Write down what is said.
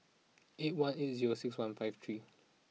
eight one eight zero six one five three